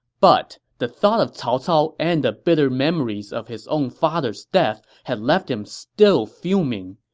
but the thought of cao cao and the bitter memories of his own father's death had left him still fuming.